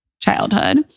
childhood